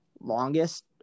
longest